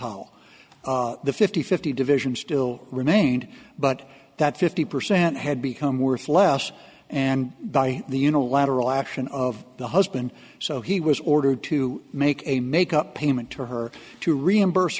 holl the fifty fifty division still remained but that fifty percent had become worth less and by the unilateral action of the husband so he was ordered to make a make up payment to her to reimburse